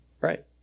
Right